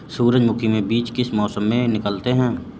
सूरजमुखी में बीज किस मौसम में निकलते हैं?